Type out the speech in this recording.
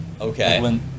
Okay